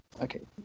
Okay